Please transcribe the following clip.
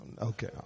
Okay